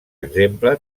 exemple